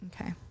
Okay